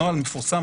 הנוהל מפורסם,